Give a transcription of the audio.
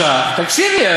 ואל תתחבר לרשע" תקשיבי,